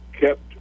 kept